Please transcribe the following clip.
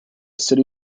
city